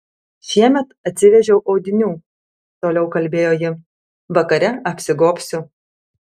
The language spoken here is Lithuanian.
šiemet atsivežiau audinių toliau kalbėjo ji vakare apsigobsiu